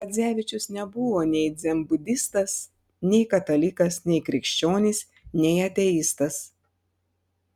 radzevičius nebuvo nei dzenbudistas nei katalikas nei krikščionis nei ateistas